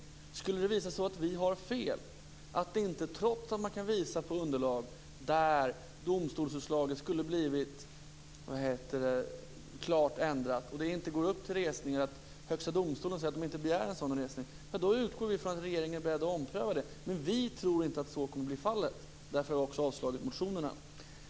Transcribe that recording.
Om det skulle visa sig att vi har fel, att Högsta domstolen trots att man kan visa underlag där domstolsutslaget skulle ha blivit klart ändrat säger nej till en sådan resningsansökan, då utgår vi från att regeringen är beredd att ompröva detta. Men vi tror inte att så kommer att bli fallet. Därför har vi också avstyrkt motionerna.